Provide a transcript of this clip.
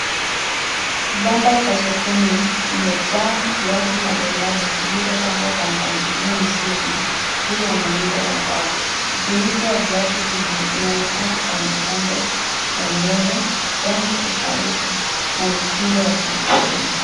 Kibanda cha sokoni kimejaa viatu mbalimbali zilizopangwa kwa mpangilio mzuri juu ya muundo wa mbao. Ubunifu wa viatu hivi unaonekana kwa mapambo ya mioyo, rangi tofauti na mitindo ya kuvutia.